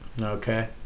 Okay